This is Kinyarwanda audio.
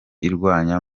irwanya